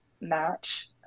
match